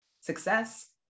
success